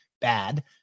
bad